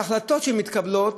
שההחלטות שמתקבלות